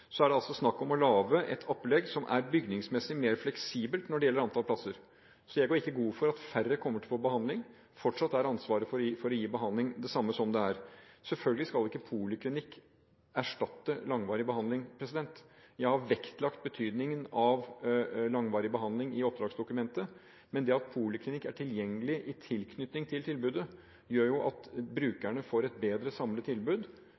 er at det er snakk om å lage opplegg som er bygningsmessig mer fleksibelt når det gjelder antall plasser. Så jeg går ikke god for at færre kommer til å få behandling. Fortsatt er ansvaret for å gi behandling det samme som før. Selvfølgelig skal ikke poliklinikk erstatte langvarig behandling. Jeg har vektlagt betydningen av langvarig behandling i oppdragsdokumentet, men det at en poliklinikk er tilgjengelig i tilknytning til tilbudet, gjør at brukerne får et bedre samlet tilbud